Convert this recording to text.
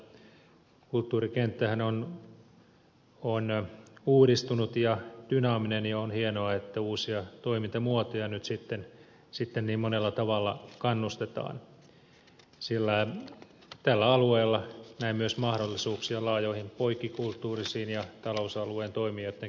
kulttuurikenttähän on uudistunut ja dynaaminen ja on hienoa että uusiin toimintamuotoihin nyt sitten niin monella tavalla kannustetaan sillä tällä alueella näen myös mahdollisuuksia laajaan poikkikulttuuriseen ja talousalueen toimijoitten keskinäiseen yhteistyöhön